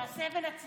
נעשה ונצליח.